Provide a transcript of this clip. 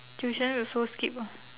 tuition we also skip lah